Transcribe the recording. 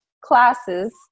classes